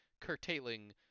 curtailing